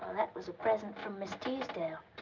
that was a present from miss teasdale.